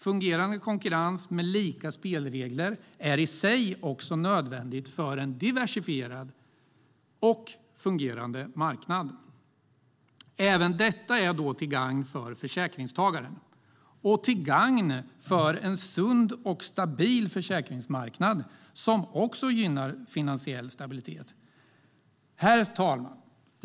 Fungerande konkurrens med lika spelregler är i sig nödvändigt för en diversifierad och fungerande marknad. Även detta är till gagn för försäkringstagaren och till gagn för en sund och stabil försäkringsmarknad som också gynnar finansiell stabilitet. Herr talman!